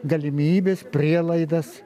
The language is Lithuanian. galimybes prielaidas